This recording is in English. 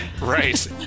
Right